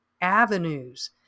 avenues